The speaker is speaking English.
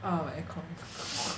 off my air con